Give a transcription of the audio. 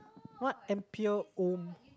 what ampere ohm